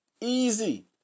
Easy